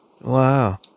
Wow